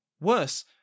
Worse